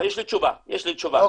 לא, יש לי תשובה על יפיע.